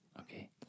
Okay